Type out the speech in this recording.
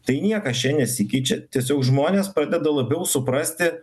tai niekas čia nesikeičia tiesiog žmonės pradeda labiau suprasti